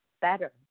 better